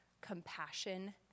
compassion